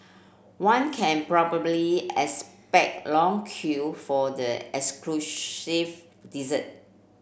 one can probably expect long queue for the exclusive dessert